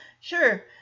Sure